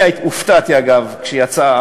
זה לא הפורום כרגע לדיון עם השר.